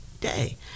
day